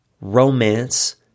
romance